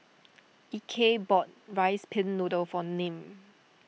Ike bought Rice Pin Noodles for Nim